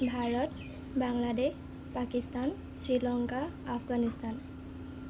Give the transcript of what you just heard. Bharat Bangladesh Pakistan Sri Lanka Afghanistan